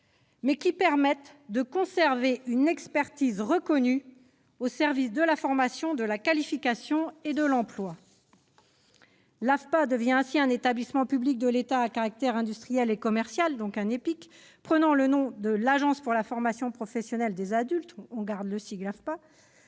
qui permettent toutefois de conserver une expertise reconnue au service de la formation, de la qualification et de l'emploi. L'AFPA devient ainsi un établissement public de l'État à caractère industriel et commercial prenant le nom d'Agence pour la formation professionnelle des adultes- le sigle est